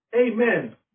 Amen